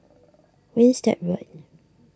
Winstedt Road